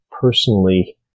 personally